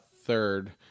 third